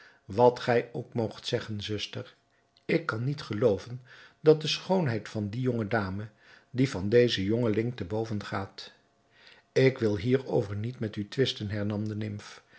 wat gij ook moogt zeggen zuster ik kan niet gelooven dat de schoonheid van die jonge dame die van dezen jongeling te boven gaat ik wil hierover niet met u twisten hernam de nimf